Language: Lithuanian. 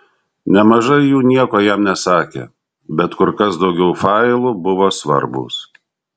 nemažai jų nieko jam nesakė bet kur kas daugiau failų buvo svarbūs